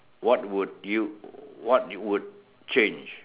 what would you what would change